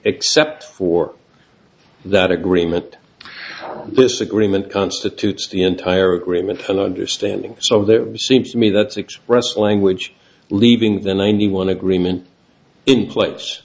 except for that agreement this agreement constitutes the entire agreement and understanding so there seems to me that's expressive language leaving the ninety one agreement in place